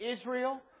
Israel